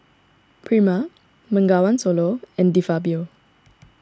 Prima Bengawan Solo and De Fabio